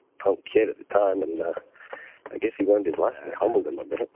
punk kid at the time and i guess he went to glass and humbled him a bit,